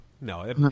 no